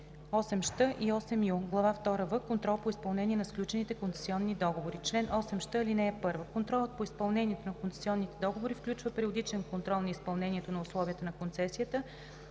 чл. 8щ и 8ю: „Глава втора „в“ Контрол по изпълнението на сключените концесионни договори Чл. 8щ. (1) Контролът по изпълнението на концесионните договори включва периодичен контрол на изпълнението на условията на концесията